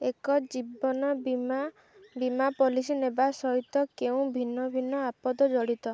ଏକ ଜୀବନ ବୀମା ବୀମା ପଲିସି ନେବା ସହିତ କେଉଁ ଭିନ୍ନ ଭିନ୍ନ ଆପଦ ଜଡ଼ିତ